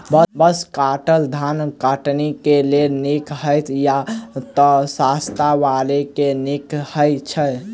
Brush cutter धान कटनी केँ लेल नीक हएत या नै तऽ सस्ता वला केँ नीक हय छै?